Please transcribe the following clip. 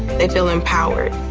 they feel empowered.